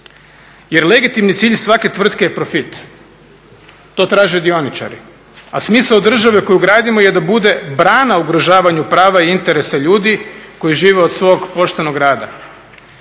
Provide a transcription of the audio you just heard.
jer legitimni cilj svake tvrtke je profit. To traže dioničari, a smisao države koju gradimo je da bude brana ugrožavanju prava i interesa ljudi koji žive od svog poštenog rada.